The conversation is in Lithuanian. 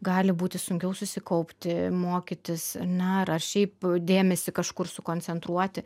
gali būti sunkiau susikaupti mokytis ar ne ar šiaip dėmesį kažkur sukoncentruoti